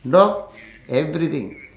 dog everything